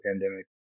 pandemic